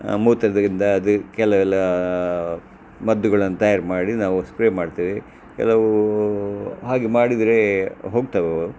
ಮೂತ್ರದಿಂದ ಅದು ಕೆಲವೆಲ್ಲ ಮದ್ದುಗಳನ್ನ ತಯಾರು ಮಾಡಿ ನಾವು ಸ್ಪ್ರೇ ಮಾಡ್ತೇವೆ ಕೆಲವೂ ಹಾಗೆ ಮಾಡಿದರೆ ಹೋಗ್ತವವು